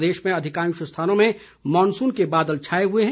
प्रदेश में अधिकाश स्थानों में मॉनसून के बादल छाए हुए हैं